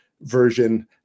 version